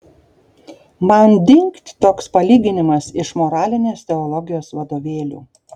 man dingt toks palyginimas iš moralinės teologijos vadovėlių